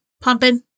pumping